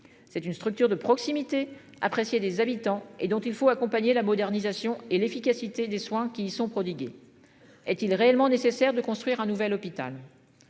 C'est une structure de proximité appréciée des habitants et dont il faut accompagner la modernisation et l'efficacité des soins qui sont prodigués. Est-il réellement nécessaire de construire un nouvel hôpital.